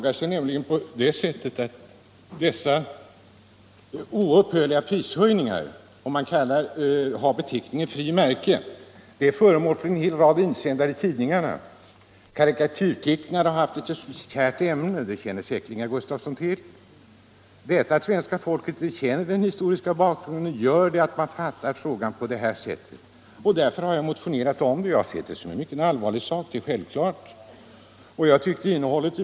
Att dessa oupphörliga prishöjningar sker och att man har beteckningen frimärke är föremål för insändare i tidningarna. Karikatyrtecknare har haft detta som ett kärt ämne — det känner säkerligen herr Gustafson till. Att svenska folket inte känner den historiska bakgrunden gör att man fattar frågan på detta sätt. Därför har jag motionerat. Självfallet har jag sett seriöst på frågan.